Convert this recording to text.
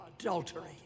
adultery